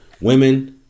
Women